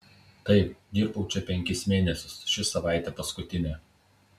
taip dirbau čia penkis mėnesius ši savaitė paskutinė